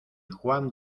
juan